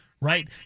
right